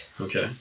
okay